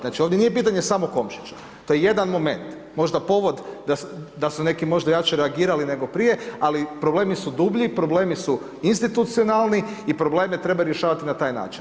Znači ovo nije pitanje smo Komšića, to je jedan moment, možda povod, da su neki možda jače reagirali nego prije, ali problemi su dublji problemi su institucionalni i probleme treba rješavati na taj način.